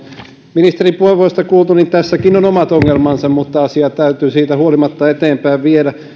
ministerin puheenvuorosta kuultu tässäkin on omat ongelmansa mutta asiaa täytyy siitä huolimatta viedä eteenpäin